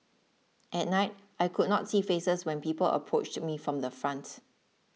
at night I could not see faces when people approached me from the front